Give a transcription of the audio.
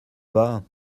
pas